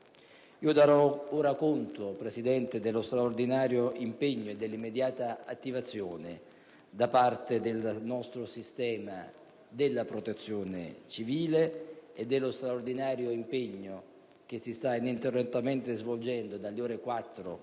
Darò ora conto, Presidente, dello straordinario impegno e dell'immediata attivazione da parte del nostro sistema della Protezione civile e dello straordinario impegno che si sta ininterrottamente manifestando dalle ore 4